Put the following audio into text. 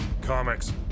comics